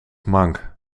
mank